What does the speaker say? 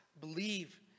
believe